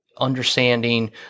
understanding